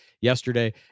Yesterday